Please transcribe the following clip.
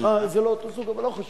אה, זה לא אותו סוג, אבל לא חשוב,